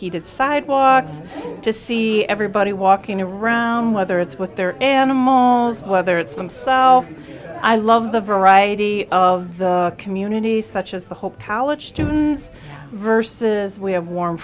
heated sidewalks to see everybody walking around whether it's with their animals whether it's from so i love the variety of the community such as the whole college today versus we have warm